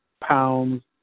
pounds